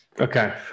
Okay